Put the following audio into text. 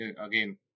again